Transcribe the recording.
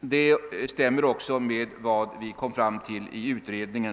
Det stämmer också med vad vi i utredningen kom fram till. Herr talman!